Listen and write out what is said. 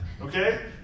okay